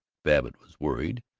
babbitt was worried.